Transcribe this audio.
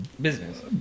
business